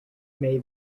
may